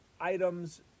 items